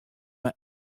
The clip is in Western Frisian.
mei